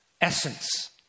essence